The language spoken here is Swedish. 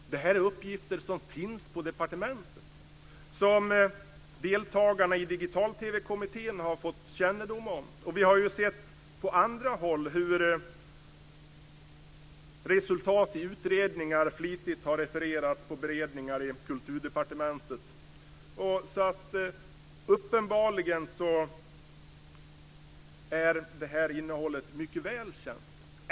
Det här är uppgifter som finns på departementet, som deltagarna i Digital-TV-kommittén har fått kännedom om. Vi har ju sett på andra håll hur resultat i utredningar flitigt har refererats på beredningar i Kulturdepartementet. Uppenbarligen är det här innehållet mycket väl känt.